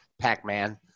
Pac-Man